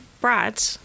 Brad